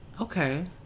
Okay